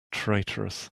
traitorous